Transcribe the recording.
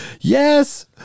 Yes